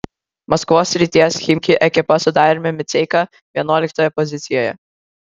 maskvos srities chimki ekipa su dariumi miceika vienuoliktoje pozicijoje